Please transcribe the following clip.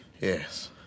Yes